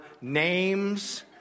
names